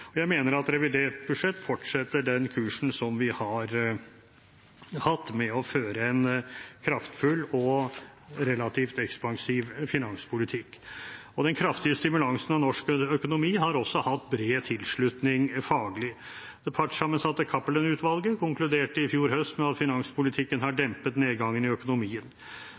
velferdssamfunnet. Jeg mener at revidert budsjett fortsetter den kursen som vi har hatt med å føre en kraftfull og relativt ekspansiv finanspolitikk. Den kraftige stimulansen av norsk økonomi har også hatt bred tilslutning faglig. Det partssammensatte Cappelen-utvalget konkluderte i fjor høst med at finanspolitikken har dempet nedgangen i økonomien.